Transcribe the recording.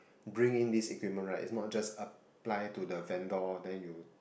bring in this equipment right it's not just apply to the vendor then you